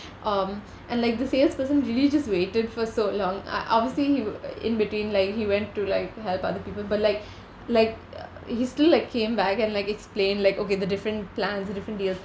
um and like the salesperson really just waited for so long uh obviously he will in between like he went to like help other people but like like uh he still like came back and like explain like okay the different plans the different deal